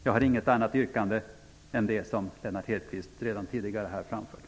Jag har inget annat yrkande än det som Lennart Hedquist redan tidigare framfört.